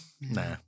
Nah